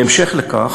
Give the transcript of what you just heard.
בהמשך לכך,